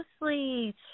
Mostly